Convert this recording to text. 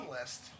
list